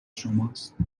شماست